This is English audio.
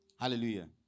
Hallelujah